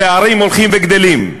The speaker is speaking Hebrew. פערים הולכים וגדלים,